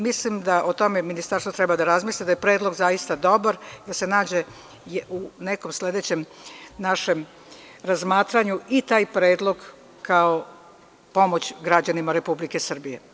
Mislim da o tome Ministarstvo treba da razmisli ida je predlog zaista dobar i da se nađe u nekom sledećem našem razmatranju i taj predlog, kao pomoć građanima Republike Srbije.